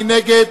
מי נגד?